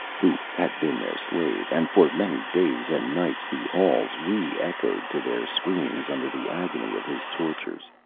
who had been their slave and for many days and nights the halls re-echoed to their screams under the agony of his tortures.